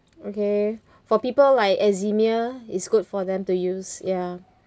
okay for people like eczema is good for them to use ya